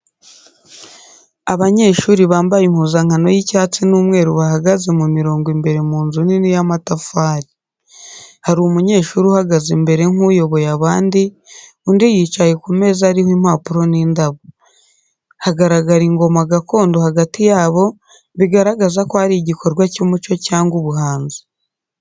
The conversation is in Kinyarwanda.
Abanyeshuri bambaye impuzankano y’icyatsi n’umweru bahagaze mu mirongo imbere mu nzu nini y’amatafari. Hari umunyeshuri uhagaze imbere nk’uyoboye abandi, undi yicaye ku meza ariho impapuro n’indabo. Hagaragara ingoma gakondo hagati yabo, bigaragaza ko ari igikorwa cy’umuco cyangwa ubuhanzi.